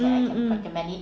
hmm hmm